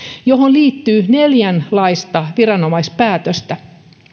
johon liittyy neljänlaisia viranomaispäätöksiä